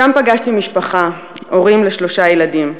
שם פגשתי משפחה, הורים לשלושה ילדים,